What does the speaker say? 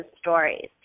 stories